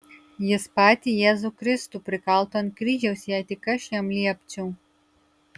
jis patį jėzų kristų prikaltų ant kryžiaus jei tik aš jam liepčiau